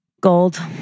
Gold